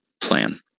plan